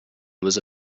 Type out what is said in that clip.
was